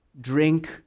drink